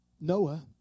Noah